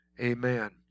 Amen